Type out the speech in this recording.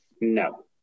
No